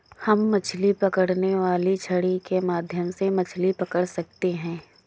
हम मछली पकड़ने वाली छड़ी के माध्यम से मछली पकड़ सकते हैं